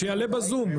אז שיעלה בזום.